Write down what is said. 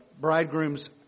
bridegroom's